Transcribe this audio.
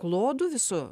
klodu visu